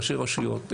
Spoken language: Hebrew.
ראשי רשויות,